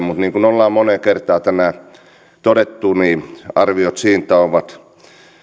mutta niin kuin me olemme moneen kertaan tänään todenneet arviot siitä ovat